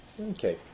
Okay